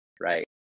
right